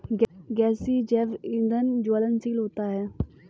गैसीय जैव ईंधन ज्वलनशील होता है